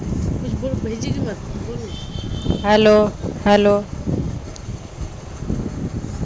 white chickpea মানে চানা বা ছোলা যেটা আমরা খাই